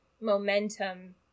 momentum